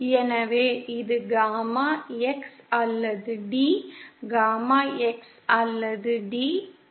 எனவே இது gamma X அல்லது D காமா X அல்லது D